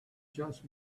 just